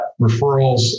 referrals